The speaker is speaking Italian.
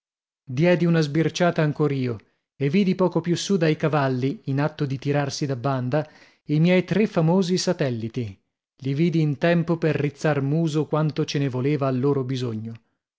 diedi una sbirciata ancor io e vidi poco più su dai cavalli in atto di tirarsi da banda i miei tre famosi satelliti li vidi in tempo per rizzar muso quanto ce ne voleva al loro bisogno